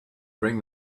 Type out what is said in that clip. bring